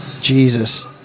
Jesus